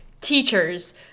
teachers